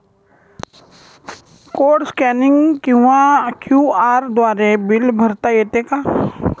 Code scanning किंवा QR द्वारे bill भरता येते का?